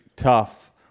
tough